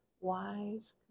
wise